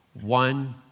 one